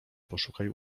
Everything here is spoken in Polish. poszukaj